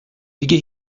دیگه